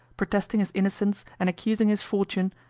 protesting his innocence and accusing his fortune,